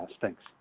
Thanks